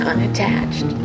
Unattached